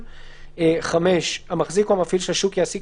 בפסקה זו - "מנגנון ויסות